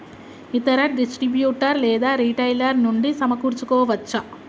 ఇతర డిస్ట్రిబ్యూటర్ లేదా రిటైలర్ నుండి సమకూర్చుకోవచ్చా?